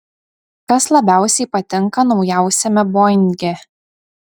kas labiausiai patinka naujausiame boinge